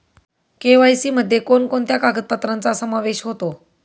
KYC मध्ये कोणकोणत्या कागदपत्रांचा समावेश होतो?